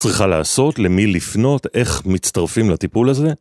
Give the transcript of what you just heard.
צריכה לעשות, למי לפנות, איך מצטרפים לטיפול הזה?